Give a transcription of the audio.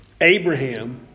Abraham